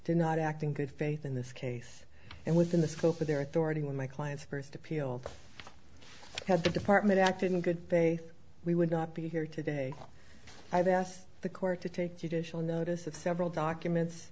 did not act in good faith in this case and within the scope of their authority when my client's first appeal had the department acted in good faith we would not be here today i've asked the court to take judicial notice of several documents